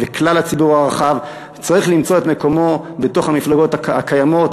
וכלל הציבור הרחב צריך למצוא את מקומו בתוך המפלגות הקיימות,